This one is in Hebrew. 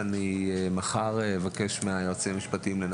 כי בשנים האחרונות יש